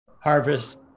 harvest